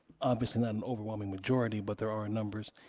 obviously not an overwhelming majority, but there are numbers.